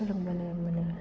सोलोंबोनो मोनो